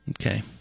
Okay